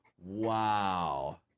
Wow